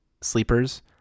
sleepers